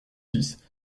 six